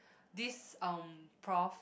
this um prof